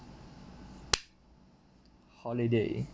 holiday